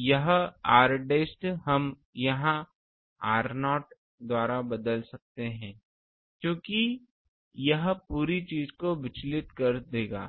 यह r dashed हम यहाँ r0 द्वारा बदल सकते है क्योंकि यह पूरी चीज़ को विचलित कर देगा